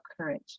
courage